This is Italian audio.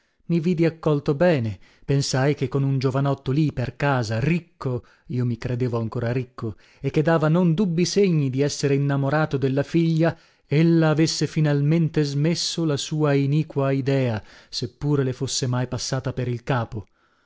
mi vidi accolto bene pensai che con un giovanotto lì per casa ricco e che dava non dubbii segni di essere innamorato della figlia ella avesse finalmente smesso la sua iniqua idea se pure le fosse mai passata per il capo